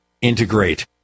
integrate